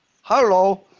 hello